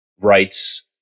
rights